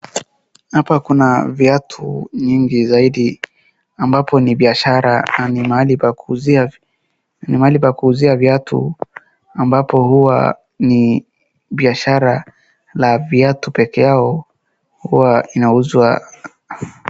Hapa kuna viatu nyingi zaidi ambapo ni biashara, na ni mahali pa kuuzia, ni mahali pa kuuzia viatu ambapo huwa ni biashara la viatu peke yao huwa inauzwa.